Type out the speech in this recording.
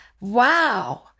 wow